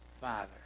Father